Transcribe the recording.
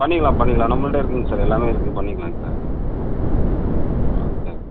பண்ணிக்கலாம் பண்ணிக்கலாம் நம்மள்ட இருக்குங்க சார் எல்லாமே இருக்கு பண்ணிக்கலாங்க சார் ஆ தேங்க்ஸ்